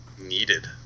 needed